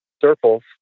circles